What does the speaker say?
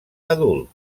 adult